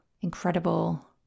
incredible